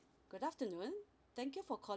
good afternoon thank you for calling